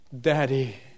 Daddy